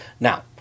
Now